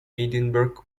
edinburgh